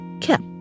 kept